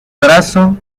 brazo